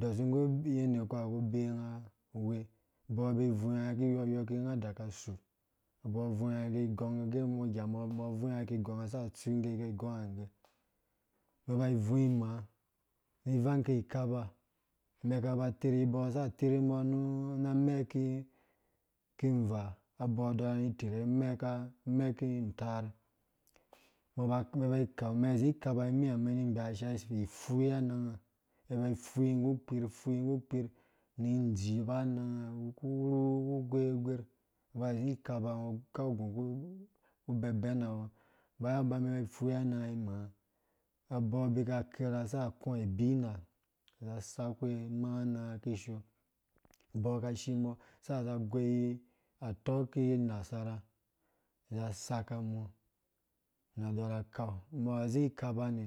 Dɔsu nguwa yende ngɔ ku bei ngã we abɔ bvũi ya ngã ku yɔ yɔ ki gɛ ng daka sur abɔ bvui ngã ingɔigɔng ge ra ngã saka tsu ngã igɔigɔnga gge mɛn ba bvui imãã ni vang ki kaba mɛ kaba tirhi ba za tirhu mbɔ nũ na mɛ ki ki nvaa abo dorha za tirhi na mɛ ki ntarr mɛn ba mɛn bai kau man zĩ kaba ni mĩa mɛn ni gbashiya fifui anangã fui nggu kpir fui nggu pkirh nĩ dziba anangã wuku gwegwegwerh ngɔba zĩ ki kaba ngɔ kau gũ bɛn bɛnawɔ mɛn bai fui anangã imãã za saku we amaa anangã kishoo ivang kise mã saka za goi atɔ ki nasara za saka mɔ na dɔrha kau mbɔ ba zĩ kaba mɔ